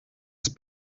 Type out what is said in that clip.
ist